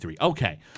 Okay